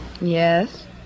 Yes